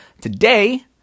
Today